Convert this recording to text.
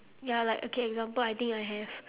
ya like okay example I think I have